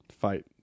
fight